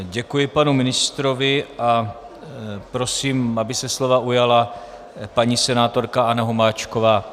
Děkuji panu ministrovi a prosím, aby se slova ujala paní senátorka Anna Hubáčková.